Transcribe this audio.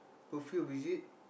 perfume is it